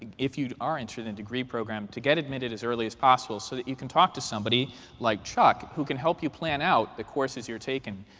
if you are interested in a degree program, to get admitted as early as possible so that you can talk to somebody like chuck, who can help you plan out the courses you're taking.